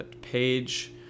page